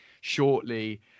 shortly